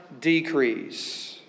decrease